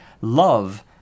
love